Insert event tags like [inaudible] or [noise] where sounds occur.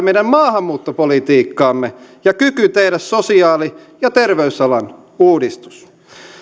[unintelligible] meidän maahanmuuttopolitiikkaamme ja kyky tehdä sosiaali ja terveysalan uudistus